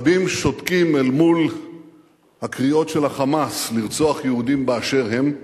רבים שותקים אל מול הקריאות של ה"חמאס" לרצוח יהודים באשר הם.